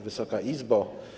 Wysoka Izbo!